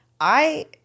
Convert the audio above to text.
I-